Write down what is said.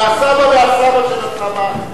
והסבא והסבא של הסבא,